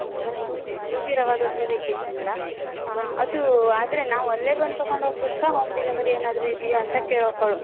ನಮ್ಗೆ ಸೂಜಿ ಸೂಜಿ ರವೆ ದೋಸೆ ಬೇಕಿತ್ತು ಮೇಡಮ್ ಅದು ಆದರೆ ನಾವು ಅಲ್ಲೇ ಬಂದು ತೊಗೊಂಡ್ ಹೋಗಬೇಕಾ ಹೋಮ್ ಡೆಲವರಿ ಏನಾದರೂ ಇದೆಯಾ ಅಂತ ಕೇಳೋಕ್ಕೆ ಕಾಲ್